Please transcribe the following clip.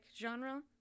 genre